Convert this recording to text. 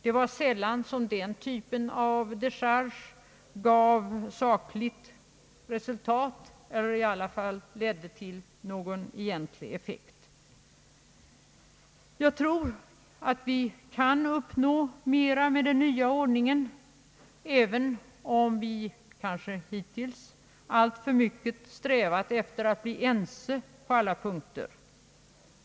Det var sällan som den typen av decharge gav resultat eller ledde till någon egentlig effekt. Jag tror och hoppas att vi kan uppnå mera med den nya ordningen, även om vi hittills kanske alltför mycket strävat efter att bli ense på alla punkter.